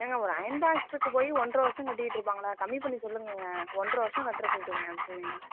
ஏங்க ஒரு அயர்ன் பாக்ஸுக்கு போய் ஒன்றை வருஷம் கட்டிட்ருப்பாங்களா கம்மி பண்ணி சொல்லுங்கள்ங்க ஒன்றை வருஷம் கட்டுற சொல்லுறீங்க அதற்குன்னு